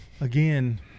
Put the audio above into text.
Again